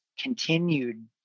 continued